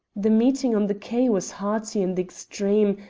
the meeting on the quay was hearty in the extreme,